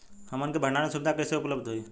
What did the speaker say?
हमन के भंडारण सुविधा कइसे उपलब्ध होई?